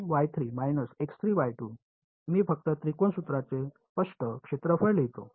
तर मी फक्त त्रिकोण सूत्राचे स्पष्ट क्षेत्रफळ लिहतो